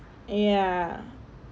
ya